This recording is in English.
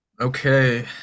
Okay